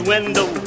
window